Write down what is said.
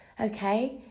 Okay